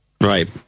Right